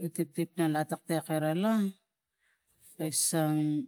na tiptip na a tektek la isang.